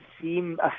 seem